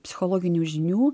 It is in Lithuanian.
psichologinių žinių